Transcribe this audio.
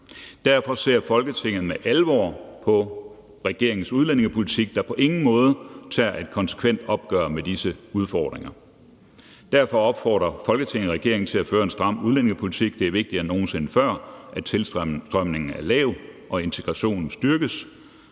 Derfor ser Folketinget med alvor på regeringens udlændingepolitik, der på ingen måde tager et konsekvent opgør med disse udfordringer. Derfor opfordrer Folketinget regeringen til at føre en stram udlændingepolitik. Det er vigtigere end nogensinde før, at tilstrømningen er lav og integrationen styrkes,